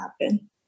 happen